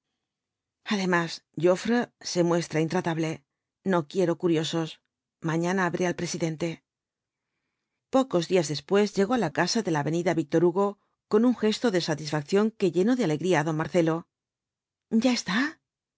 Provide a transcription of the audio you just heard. además joffre se muestra intratable no quier curiosos mañana veré al presidente pocos días después llegó á la casa de la avenida víctor hugo con un gesto de satisfacción que llenó de alejaría á don marcelo ya está